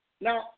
Now